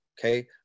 okay